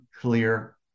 clear